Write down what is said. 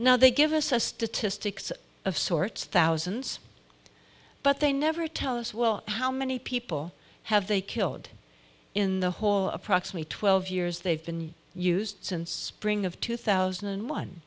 now they give us a statistics of sorts thousands but they never tell us well how many people have they killed in the whole approximate twelve years they've been used since spring of two thousand and one